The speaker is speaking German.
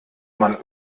man